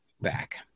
back